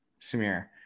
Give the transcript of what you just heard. Samir